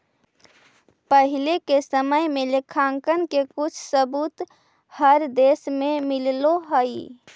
पहिले के समय में लेखांकन के कुछ सबूत हर देश में मिलले हई